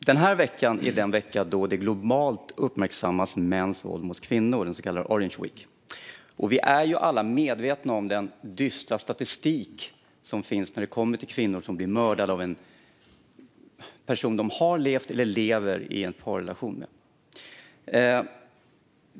Herr talman! Detta är den vecka då mäns våld mot kvinnor uppmärksammas globalt, den så kallade Orange Week. Vi är alla medvetna om den dystra statistiken när det kommer till kvinnor som blir mördade av en person de har levt eller lever i en parrelation med.